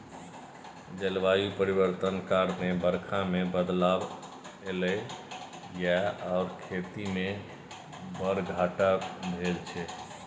जलबायु परिवर्तन कारणेँ बरखा मे बदलाव एलय यै आर खेती मे बड़ घाटा भेल छै